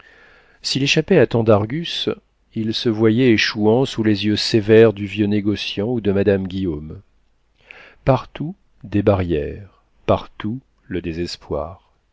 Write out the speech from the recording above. s'il échappait à tant d'argus il se voyait échouant sous les yeux sévères du vieux négociant ou de madame guillaume partout des barrières partout le désespoir